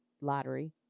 lottery